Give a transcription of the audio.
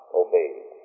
obeyed